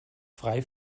frei